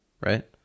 right